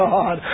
God